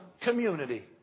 community